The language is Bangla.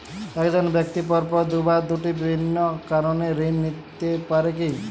এক জন ব্যক্তি পরপর দুবার দুটি ভিন্ন কারণে ঋণ নিতে পারে কী?